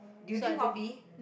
you drink kopi